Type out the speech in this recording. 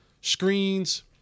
screens